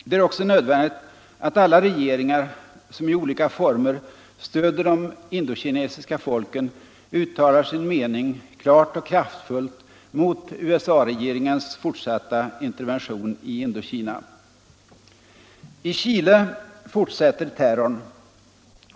Det är också nödvändigt att alla regeringar, som i olika former stöder de indokinesiska folken, uttalar sin mening, klart och kraftfullt, mot USA-regeringens fortsatta intervention i Indokina. I Chile fortsätter terrorn.